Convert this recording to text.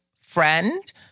friend